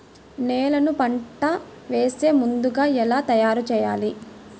నేలను పంట వేసే ముందుగా ఎలా తయారుచేయాలి?